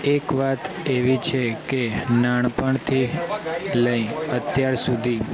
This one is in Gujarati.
એક વાત એવી છે કે નાનપણથી લઈ અત્યાર સુધી